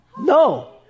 No